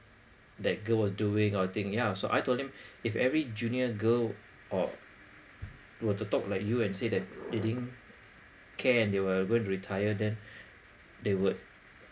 that girl was doing or think yeah so I told him if every junior girl or were to talk like you and say that they didn't care and they were gonna retire then they would